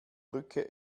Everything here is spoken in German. drücke